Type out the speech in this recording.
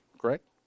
correct